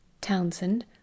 Townsend